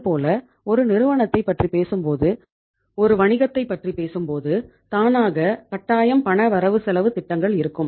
அதுபோல ஒரு நிறுவனத்தை பற்றி பேசும்போது ஒரு வணிகத்தை பற்றி பேசும்போது தானாக கட்டாயம் பண வரவு செலவு திட்டங்கள் இருக்கும்